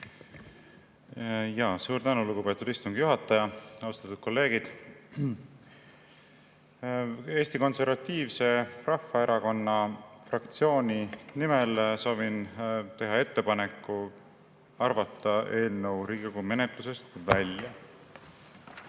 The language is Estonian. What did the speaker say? palun! Suur tänu, lugupeetud istungi juhataja! Austatud kolleegid! Eesti Konservatiivse Rahvaerakonna fraktsiooni nimel soovin teha ettepaneku arvata eelnõu Riigikogu menetlusest välja.